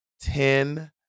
ten